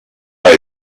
why